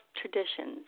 Traditions